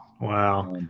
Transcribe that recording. Wow